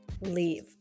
leave